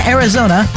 Arizona